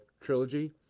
Trilogy